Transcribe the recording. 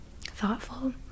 thoughtful